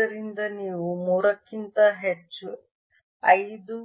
ಆದ್ದರಿಂದ ನೀವು 3 ಕ್ಕಿಂತ ಹೆಚ್ಚು 5